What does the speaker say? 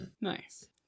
nice